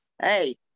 hey